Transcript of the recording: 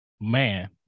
Man